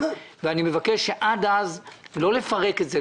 אני מבקש עד אז לא לפרק את זה,